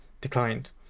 Declined